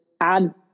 add